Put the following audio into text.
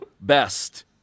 best